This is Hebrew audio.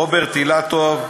רוברט אילטוב,